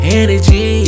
energy